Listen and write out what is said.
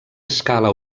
escala